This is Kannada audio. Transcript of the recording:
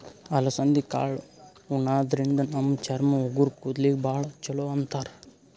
ಅಲಸಂದಿ ಕಾಳ್ ಉಣಾದ್ರಿನ್ದ ನಮ್ ಚರ್ಮ, ಉಗುರ್, ಕೂದಲಿಗ್ ಭಾಳ್ ಛಲೋ ಅಂತಾರ್